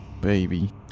baby